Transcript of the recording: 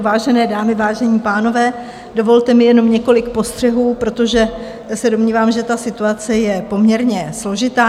Vážené dámy, vážení pánové, dovolte mi jenom několik postřehů, protože se domnívám, že situace je poměrně složitá.